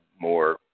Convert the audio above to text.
more